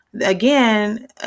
Again